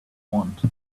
want